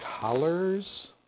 colors